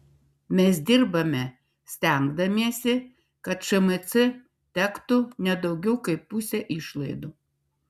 mes dirbame stengdamiesi kad šmc tektų ne daugiau kaip pusė išlaidų